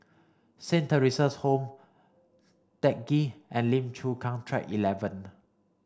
Saint Theresa's Home Teck Ghee and Lim Chu Kang Track eleven